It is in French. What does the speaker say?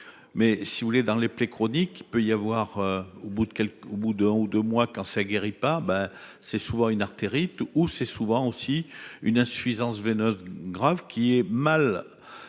Mais si vous voulez dans les plaies chroniques, il peut y avoir au bout de quelques au bout d'un ou deux mois quand ça guérit pas ben c'est souvent une artérite où c'est souvent aussi une insuffisance veineuse grave qui est mal.